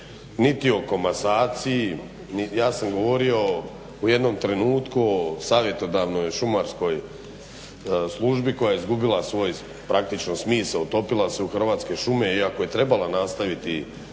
niti o komasaciji, ja sam govorio u jednom trenutku o savjetodavnoj šumarskoj službi koja je izgubila svoj praktično smisao, utopila se u Hrvatske šume iako je trebala nastaviti